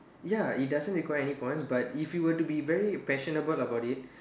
ya it doesn't require any points but if you were to be very passionable about it